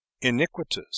iniquitous